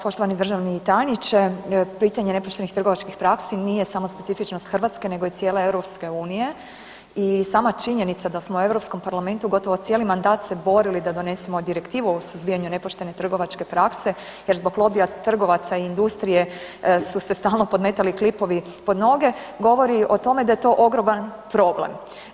Poštovani državni tajniče, pitanje nepoštenih trgovačkih praksi nije samo specifičnost Hrvatske, nego i cijele EU i sama činjenica da smo u EU parlamentu gotovo cijeli mandat se borili da donesemo Direktivu o suzbijanju nepoštene trgovačke prakse, jer zbog lobija trgovaca i industrije su se stalno podmetali klipovi pod noge, govori o tome da je to ogroman problem.